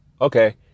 Okay